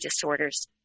disorders